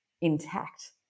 intact